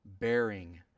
bearing